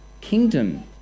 kingdom